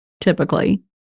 typically